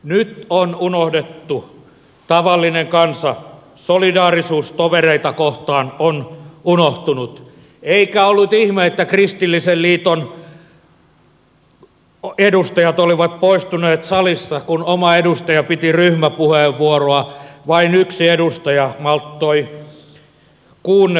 nyt on unohdettu tavallinen kansa solidaarisuus tovereita kohtaan on unohtunut eikä ollut ihme että kristillisen liiton edustajat olivat poistuneet salista kun oma edustaja piti ryhmäpuheenvuoroa vain yksi edustaja malttoi kuunnella tätä puhetta